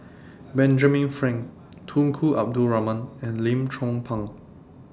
Benjamin Frank Tunku Abdul Rahman and Lim Chong Pang